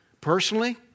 personally